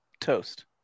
Toast